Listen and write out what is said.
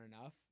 enough